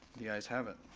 the ayes have it.